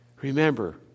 Remember